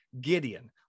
Gideon